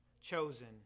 chosen